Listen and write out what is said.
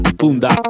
bunda